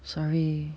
sorry